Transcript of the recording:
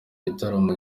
gitaramo